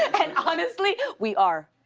and honestly, we are.